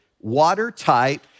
watertight